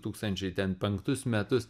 tūkstančiai ten penktus metus